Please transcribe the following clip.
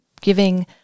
giving